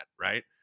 right